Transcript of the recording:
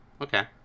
Okay